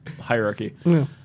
hierarchy